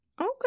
okay